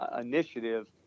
initiative